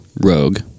rogue